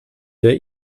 der